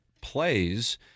plays